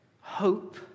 Hope